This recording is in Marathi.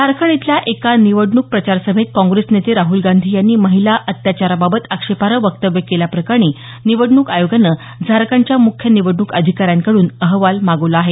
झारखंड इथल्या एका निवडणूक प्रचारसभेत कॉग्रेस नेते राहुल गांधी यांनी महिला अत्याचाराबाबत आक्षेपार्ह वक्तव्य केल्याप्रकरणी निवडणूक आयोगानं झारखंडच्या म्ख्य निवडणूक अधिकाऱ्यांकडून अहवाल मागवला आहे